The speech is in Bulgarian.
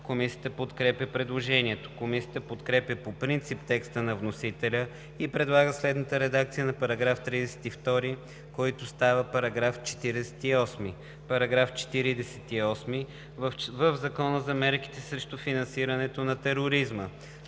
Комисията подкрепя предложението. Комисията подкрепя по принцип текста на вносителя и предлага следната редакция на § 32, който става § 48: „§ 48. В Закона за мерките срещу финансирането на тероризма